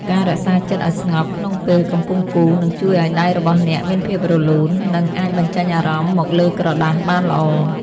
ការរក្សាចិត្តឱ្យស្ងប់ក្នុងពេលកំពុងគូរនឹងជួយឱ្យដៃរបស់អ្នកមានភាពរលូន និង អាចបញ្ចេញអារម្មណ៍មកលើក្រដាសបានល្អ។